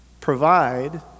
provide